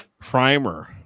Primer